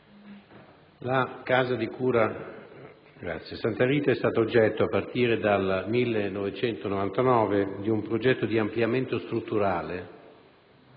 La casa di cura Santa Rita è stata oggetto, a partire dal 1999, di un progetto di ampliamento strutturale,